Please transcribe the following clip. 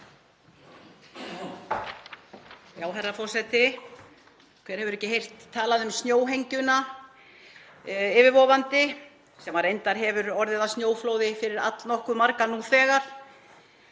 Herra forseti. Hver hefur ekki heyrt talað um snjóhengjuna yfirvofandi sem reyndar hefur orðið að snjóflóði fyrir allnokkuð marga nú þegar?